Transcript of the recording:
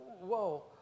whoa